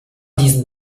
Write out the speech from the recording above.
diesen